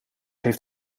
heeft